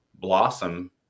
blossom